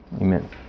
Amen